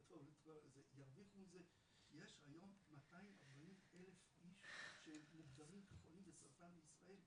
ירוויחו מזה - יש היום 240 אלף איש שמוגדרים כחולי סרטן בישראל,